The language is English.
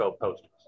posters